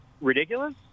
ridiculous